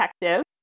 detective